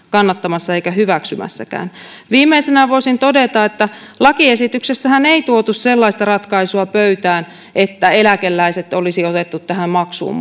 kannattamassa eikä hyväksymässäkään viimeisenä voisin todeta että lakiesityksessähän ei tuotu sellaista ratkaisua pöytään että eläkeläiset olisi otettu tähän maksuun